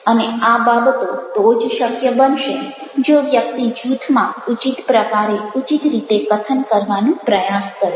અને આ બાબતો તો જ શક્ય બનશે જો વ્યક્તિ જૂથમાં ઉચિત પ્રકારે ઉચિત રીતે કથન કરવાનો પ્રયાસ કરે